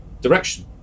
direction